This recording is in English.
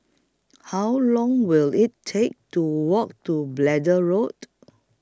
How Long Will IT Take to Walk to Braddell Road